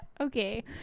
Okay